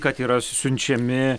kad yra siunčiami